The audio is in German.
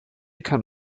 kann